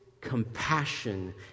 compassion